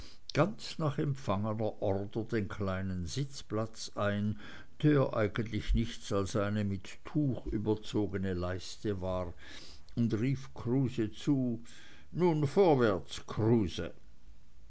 ganz nach empfangener order den kleinen sitzplatz ein der eigentlich nichts als eine mit tuch überzogene leiste war und rief kruse zu nun vorwärts kruse